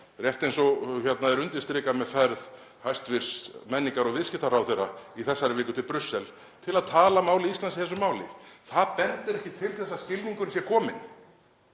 rétt eins og er undirstrikað með ferð hæstv. menningar- og viðskiptaráðherra í þessari viku til Brussel, til að tala máli Íslands í þessu máli. Það bendir ekkert til þess að skilningurinn sé kominn,